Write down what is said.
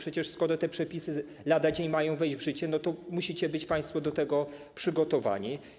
Skoro te przepisy lada dzień mają wejść w życie, to musicie być państwo do tego przygotowani.